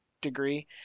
degree